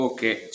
Okay